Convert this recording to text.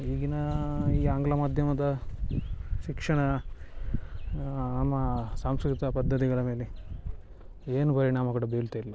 ಈಗಿನ ಈ ಆಂಗ್ಲ ಮಾಧ್ಯಮದ ಶಿಕ್ಷಣ ನಮ್ಮ ಸಾಂಸ್ಕೃತಿಕ ಪದ್ಧತಿಗಳ ಮೇಲೆ ಏನು ಪರಿಣಾಮ ಕೂಡ ಬೀಳ್ತಾಯಿಲ್ಲ